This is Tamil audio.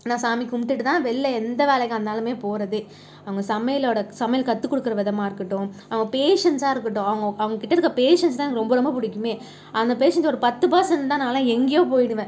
நான் சாமி கும்பிட்டுட்டு தான் வெள்ல எந்த வேலைக்காக இருந்தாலுமே போகிறதே அவங்க சமையலோட சமையல் கத்துக்கொடுக்குற விதமாக இருக்கட்டும் அவங்க பேஷன்ஸாக இருக்கட்டும் அவங்கோ அவங்க கிட்டயிருக்க பேஷன்ஸ்தான் எனக்கு ரொம்ப ரொம்ப பிடிக்குமே அந்த பேஷன்ஸ் ஒரு பத்து பர்சன் இருந்தால் நானெலாம் எங்கேயோ போயிடுவேன்